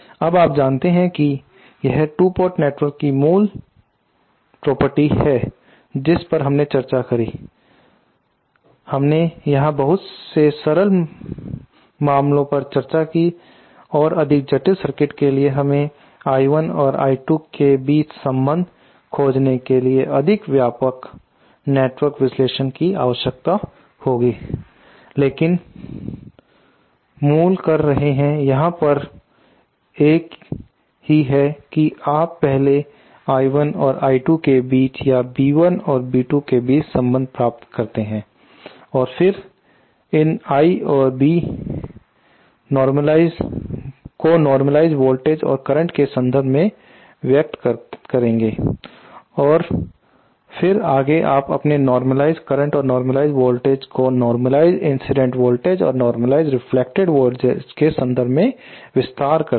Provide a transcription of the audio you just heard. अब यह आप जानते हैं कि यह 2 पोर्ट नेटवर्क की मूल संपत्ति है जिस पर हमने चर्चा की हमने यहां बहुत ही सरल मामले पर चर्चा किए और अधिक जटिल सर्किट के लिए हमें I1 और I2 के बीच संबंध खोजने के लिए अधिक व्यापक नेटवर्क विश्लेषण की आवश्यकता होगी लेकिन मूल कर रहे हैं यहां पर एक ही है कि आप पहले I1 और I2 के बीच या B1 और B2 के बीच संबंध प्राप्त करते हैं और फिर इन I और बी हो नोर्मलिज़ेड वोल्टेज और करंट के संदर्भ में व्यक्त करेंगे और फिर आगे आप नोर्मलिज़ेड करंट और नोर्मलिज़ेड वोल्टेज को नोर्मलिज़ेड इंसिडेंट वोल्टेज और नोर्मलिज़ेड रिफ्लेक्टिव वोल्टेज के संदर्भ में विस्तार करते हैं